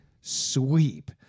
sweep